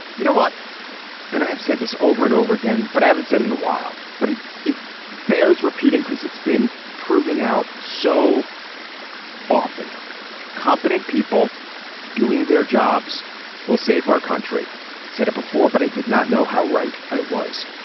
you know what and i have said this over and over again but i haven't said it in a while. but it it bears repeating because it's been proving out so often competent people doing their jobs will save our country said it before but i did not know how right i was.